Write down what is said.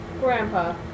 Grandpa